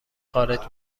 خارج